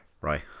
Right